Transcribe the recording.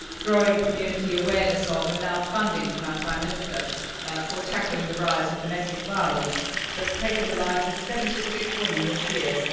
growing community awareness of and now funding from our prime minister for tackling the rise of domestic violence that's taken the lives of seventy six women this year,